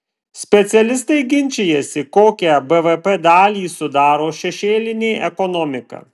specialistai ginčijasi kokią bvp dalį sudaro šešėlinė ekonomika